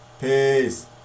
peace